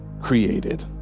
created